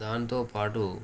దాంతో పాటు